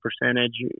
percentage